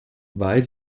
weil